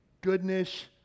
goodness